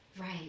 Right